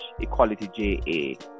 EqualityJA